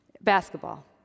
Basketball